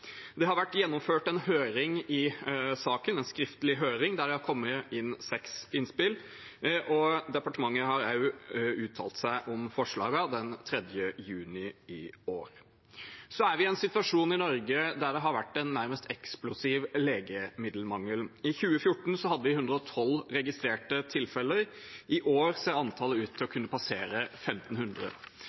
Det har vært gjennomført en skriftlig høring i saken, der det har kommet inn seks innspill. Departementet har også uttalt seg om forslagene i brev av 3. juni i år. Vi er i en situasjon i Norge der det har vært en nærmest eksplosiv legemiddelmangel. I 2014 hadde vi 112 registrerte tilfeller. I år ser antallet ut til å kunne passere